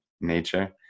nature